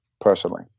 personally